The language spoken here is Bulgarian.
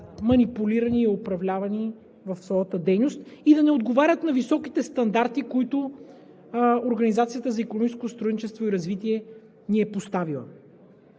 манипулирани и управлявани в своята дейност и да не отговарят на високите стандарти, които Организацията за икономическо сътрудничество и развитие ни е поставила.